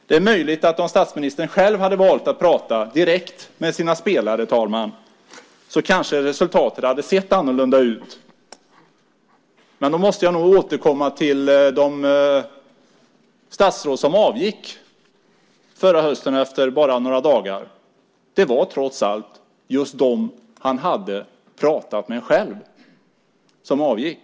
Det är möjligt att om statsministern valt att själv prata direkt med sina spelare, herr talman, hade resultatet kanske sett annorlunda ut. Jag måste återkomma till de statsråd som i höstas avgick efter bara några dagar. Det var trots allt dem som han själv hade pratat med som avgick.